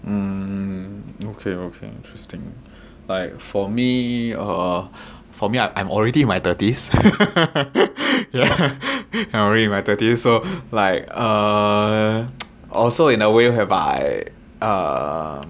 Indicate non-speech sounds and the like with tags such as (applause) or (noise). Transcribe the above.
mm okay okay interesting like for me err for me I'm already in my thirties (laughs) yeah I'm already in my thirties so like uh also in a way whereby